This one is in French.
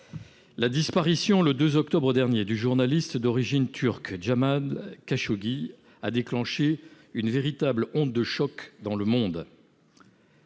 La disparition, le 2 octobre dernier, du journaliste d'origine turque Jamal Khashoggi a déclenché une véritable onde de choc dans le monde.